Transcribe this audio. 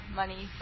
money